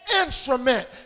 instrument